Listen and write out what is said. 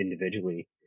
individually